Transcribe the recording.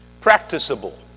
practicable